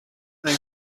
ein